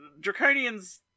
draconians